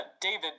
David